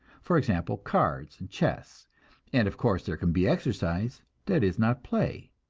for example cards and chess and, of course, there can be exercise that is not play.